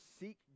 seek